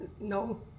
No